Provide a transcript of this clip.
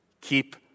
Keep